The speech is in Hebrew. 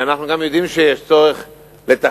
אנחנו גם יודעים שצריך לתכנן,